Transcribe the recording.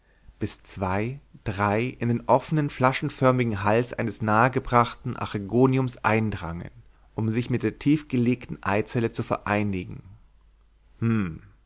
bis zwei drei in den offenen flaschenförmigen hals eines nahegebrachten archegoniums eindrangen um sich mit der tiefgelegenen eizelle zu vereinigen hm